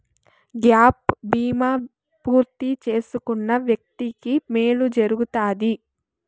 gap బీమా పూర్తి చేసుకున్న వ్యక్తికి మేలు జరుగుతాది